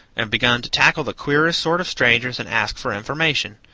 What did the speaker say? and begun to tackle the queerest sort of strangers and ask for information,